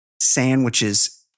sandwiches